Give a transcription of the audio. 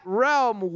realm